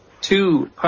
two